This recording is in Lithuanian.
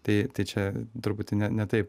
tai čia truputį ne ne taip